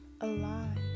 alive